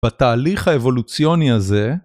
בתהליך האבולוציוני הזה